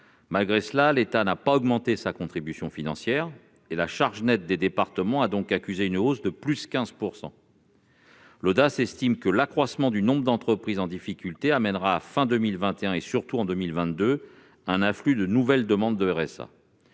Malgré cela, l'État n'a pas augmenté sa contribution financière. La charge nette pour les départements a donc accusé une hausse globale de 15 %. L'ODAS estime que « l'accroissement du nombre d'entreprises en difficulté amènera fin 2021, et surtout en 2022, un afflux de nouvelles demandes de RSA